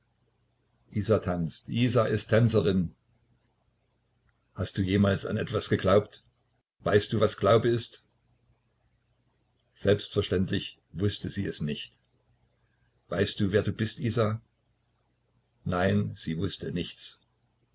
isa tanzt isa ist tänzerin hast du jemals an etwas geglaubt weißt du was glaube ist selbstverständlich wußte sie es nicht weißt du wer du bist isa nein sie wußte nichts